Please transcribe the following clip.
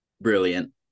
Brilliant